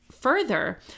further